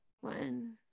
one